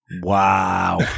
Wow